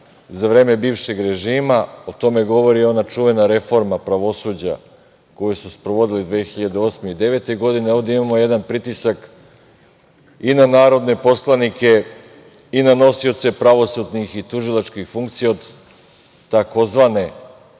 za vreme bivšeg režima. O tome govori i ona čuvena reforma pravosuđa koju su sprovodili 2008. i 2009. godine. Ovde imamo jedan pritisak i na narodne poslanike i na nosioce pravosudnih i tužilačkih funkcija od tzv.